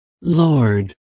Lord